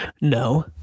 No